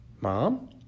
mom